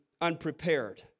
unprepared